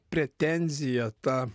pretenzija ta